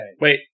Wait